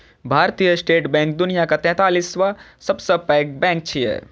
भारतीय state bank दुनियाक तैंतालिसवां सबसं पैघ बैंक छियै